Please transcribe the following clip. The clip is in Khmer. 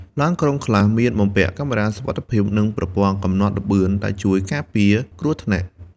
ឡានក្រុងខ្លះមានបំពាក់កាមេរ៉ាសុវត្ថិភាពនិងប្រព័ន្ធកំណត់ល្បឿនដែលជួយការពារគ្រោះថ្នាក់។